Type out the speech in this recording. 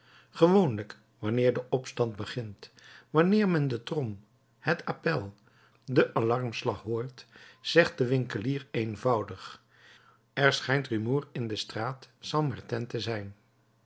gewoonlijk wanneer de opstand begint wanneer men de trom het appel den alarmslag hoort zegt de winkelier eenvoudig er schijnt rumoer in de straat st martin te zijn